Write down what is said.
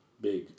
big